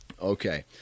Okay